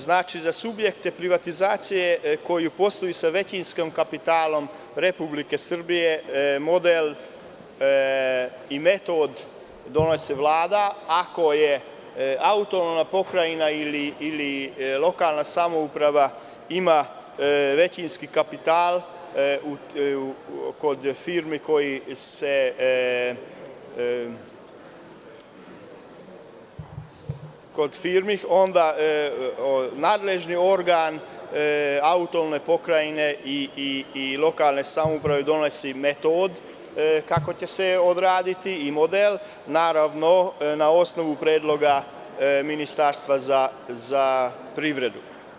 Znači, za subjekte privatizacije koji posluju sa većinskim kapitalom Republike Srbije, model i metod donosi Vlada, a ako autonomna pokrajina ili lokalna samouprava ima većinski kapital kod firmi onda nadležni organ autonomne pokrajine i lokalne samouprave donosi metod kako će se odraditi model, naravno na osnovu predloga Ministarstva za privredu.